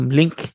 link